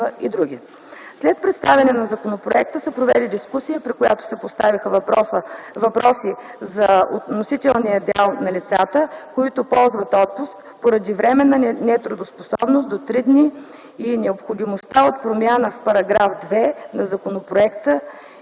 След представяне на законопроекта се проведе дискусия, при която се поставиха въпроси за относителния дял на лицата, които ползват отпуск поради временна нетрудоспособност до три дни и необходимостта от промяната в § 2 на законопроекта